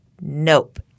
nope